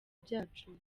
byacu